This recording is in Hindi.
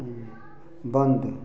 बंद